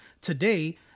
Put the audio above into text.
Today